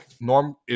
Norm